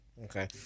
Okay